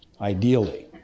ideally